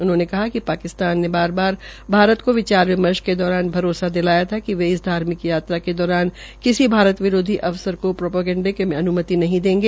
उन्होंने कहा कि पाकिस्तान ने बार बार भारत को विचार विमर्श के दौरान भरोसा दिलाया था कि वे इस धार्मिक यात्रा के दौरान किसी भारत विरोधी अनसर को प्रोपेगंडे का अनुमति नहीं देगा